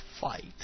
Fight